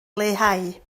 leihau